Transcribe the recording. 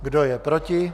Kdo je proti?